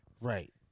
Right